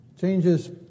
changes